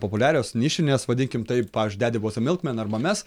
populiarios nišinės vadinkim taip pavyzdžiui dedi vuoz e milkmen arba mes